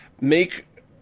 make